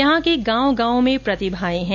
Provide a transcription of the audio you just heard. यहां के गांव गांव में प्रतिभाएं हैं